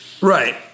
Right